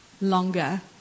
longer